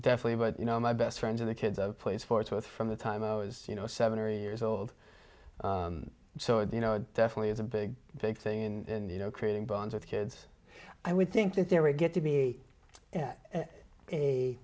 definitely but you know my best friends are the kids of play sports with from the time i was you know seven or eight years old so you know definitely is a big big thing in you know creating bonds with kids i would think that there would get to be